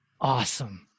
awesome